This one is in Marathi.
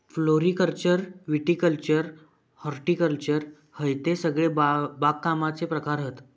फ्लोरीकल्चर विटीकल्चर हॉर्टिकल्चर हयते सगळे बागकामाचे प्रकार हत